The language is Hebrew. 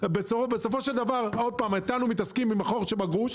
מתעסקים איתנו עם החור שבגרוש,